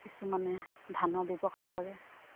কিছুমানে ধানৰ ব্যৱসায় কৰে